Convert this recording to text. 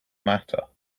matter